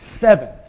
seventh